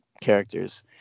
characters